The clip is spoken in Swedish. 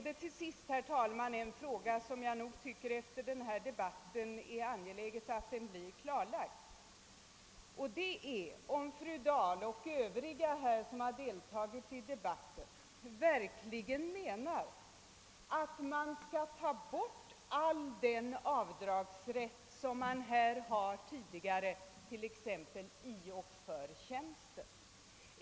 Det är en fråga som det är angeläget att klara av, nämligen om fru Dahl och övriga som deltagit i debatten verkligen menar att man skall ta bort all tidigare avdragsrätt, t.ex. då det gäller tjänsten.